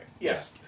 Yes